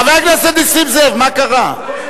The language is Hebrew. חבר הכנסת נסים זאב, מה קרה?